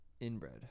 inbred